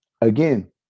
Again